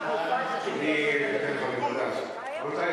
רבותי,